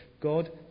God